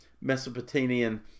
mesopotamian